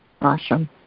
Awesome